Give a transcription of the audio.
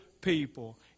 people